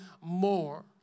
more